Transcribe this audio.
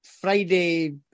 Friday